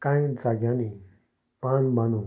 कांय जाग्यांनी बांद बांदून